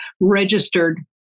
registered